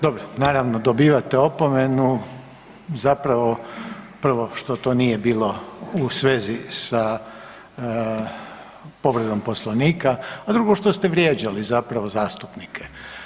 Dobro, naravno dobivate opomenu, zapravo prvo što to nije bilo u svezi s povredom Poslovnika, a drugo što ste vrijeđali zapravo zastupnike.